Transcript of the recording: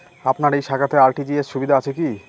আপনার এই শাখাতে আর.টি.জি.এস সুবিধা আছে কি?